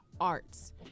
arts